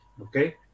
okay